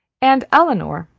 and elinor,